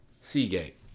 seagate